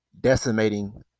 decimating